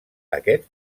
aquest